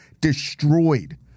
destroyed